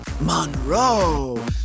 Monroe